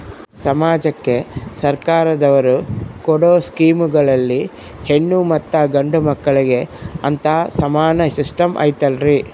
ಸಮಾಜಕ್ಕೆ ಸರ್ಕಾರದವರು ಕೊಡೊ ಸ್ಕೇಮುಗಳಲ್ಲಿ ಹೆಣ್ಣು ಮತ್ತಾ ಗಂಡು ಮಕ್ಕಳಿಗೆ ಅಂತಾ ಸಮಾನ ಸಿಸ್ಟಮ್ ಐತಲ್ರಿ?